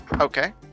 Okay